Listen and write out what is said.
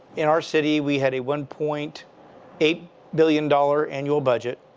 in our city we had a one point eight billion dollars annual budget.